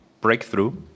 breakthrough